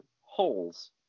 holes